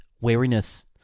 wariness